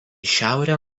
šiaurę